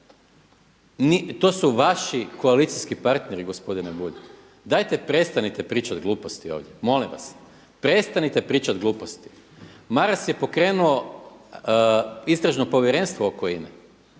To su vaši koalicijski partneri gospodine Bulj. Dajte prestanite pričati gluposti ovdje. Molim vas, prestanite pričati gluposti. Maras je pokrenuo istražno povjerenstvo oko INA-e